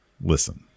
Listen